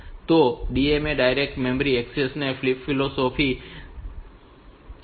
તો આ DMA direct memory access ની ફિલોસોફી છે